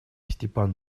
степан